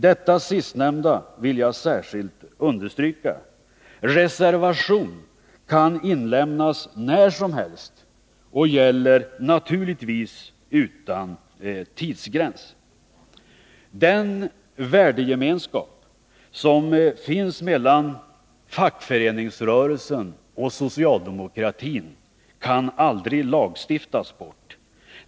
Detta sistnämnda vill jag särskilt understryka. Reservation kan inlämnas när som helst och gäller naturligtvis utan tidsgräns. Den värdegemenskap som finns mellan fackföreningsrörelsen och socialdemokratin kan aldrig lagstiftas bort.